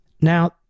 Now